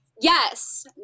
Yes